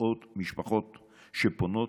מאות משפחות שפונות